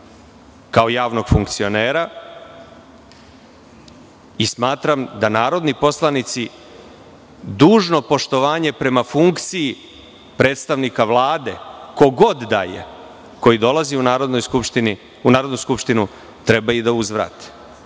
kao javnog funkcionera, i smatram da narodni poslanici dužno poštovanje prema funkciji predstavnika Vlade, ko god da je, koji dolazi u Narodnu skupštinu treba i da uzvrati. Dakle,